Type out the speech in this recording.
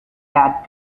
bad